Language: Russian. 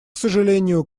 сожалению